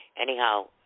anyhow